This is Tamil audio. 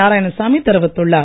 நாராயணசாமி தெரிவித்துள்ளார்